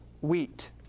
wheat